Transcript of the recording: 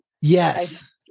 yes